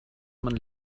man